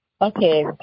Okay